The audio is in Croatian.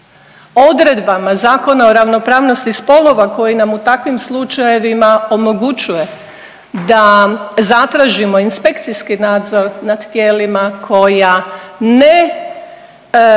odredbama Zakona o ravnopravnosti spolova koji nam u takvim slučajevima omogućuje da zatražimo inspekcijski nadzor nad tijelima koja ne